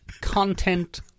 content